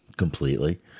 Completely